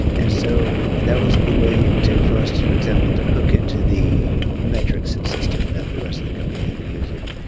and so that was a good way you know for us, for example, to hook into the metrics system that the rest of the company had been using.